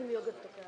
הלשכה